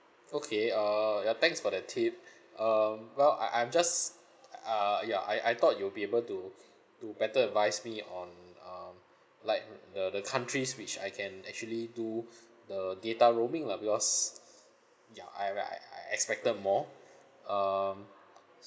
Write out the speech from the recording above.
okay err ya thanks for the tip um well I I'm just uh err ya I I thought you'll be able to to better advise me on um like the the countries which I can actually do the data roaming lah because ya I I I expected more um uh